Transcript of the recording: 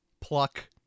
pluck